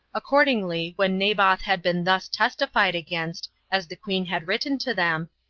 accordingly, when naboth had been thus testified against, as the queen had written to them,